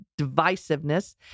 divisiveness